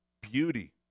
beauty